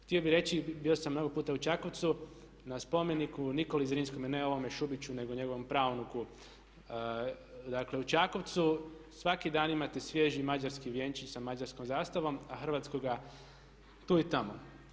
Htio bih reći bio sam mnogo puta u Čakovcu na spomeniku Nikoli Zrinskome, ne ovome Šubiću nego njegovom praunuku u Čakovcu svaki dan imate svježi mađarski vjenčić sa mađarskom zastavom, a hrvatskoga tu i tamo.